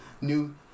new